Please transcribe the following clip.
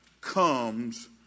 comes